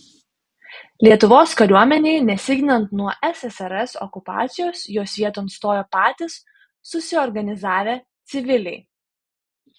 lietuvos kariuomenei nesiginant nuo ssrs okupacijos jos vieton stojo patys susiorganizavę civiliai